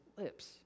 lips